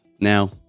Now